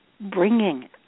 bringing